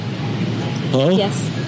Yes